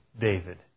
David